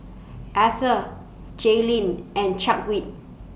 Eathel Jalynn and Chadwick